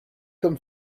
comme